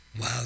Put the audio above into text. Wow